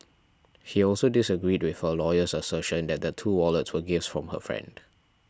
he also disagreed with her lawyer's assertion that the two wallets were gifts from her friend